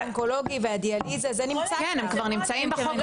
החולה האונקולוגי והדיאליזה כבר נמצא.